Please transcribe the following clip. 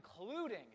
Including